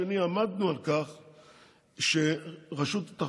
אלא אם כן נראה כי קיימים טעמים המצדיקים